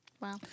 Wow